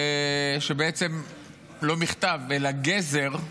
לא מכתב אלא גזיר.